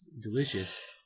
delicious